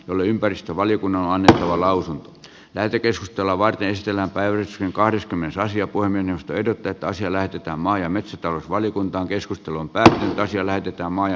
oli ympäristövaliokunnalle annettava lausunto lähetekeskustelua varten sillä väyrysen kahdeskymmenes asia voi mennä ehdotetaan siellä pitää maa ja metsätalousvaliokuntaan keskusteluun pärjätä siellä jotta maa ja